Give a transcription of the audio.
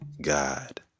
God